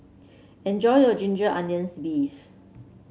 enjoy your Ginger Onions beef